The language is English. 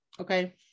Okay